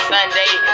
Sunday